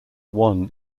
one